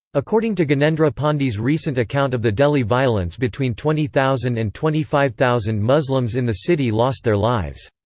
according to gyanendra pandey's recent account of the delhi violence between twenty thousand and twenty five thousand muslims in the city lost their lives.